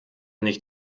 nicht